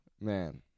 man